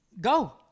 go